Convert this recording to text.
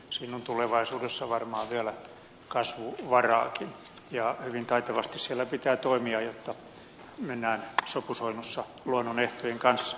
siinä on varmaan tulevaisuudessa vielä kasvuvaraakin ja hyvin taitavasti siellä pitää toimia jotta mennään sopusoinnussa luonnon ehtojen kanssa